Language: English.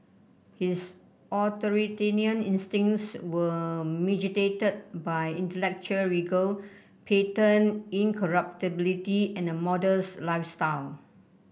his authoritarian instincts were mitigated by intellectual rigour patent incorruptibility and a modest lifestyle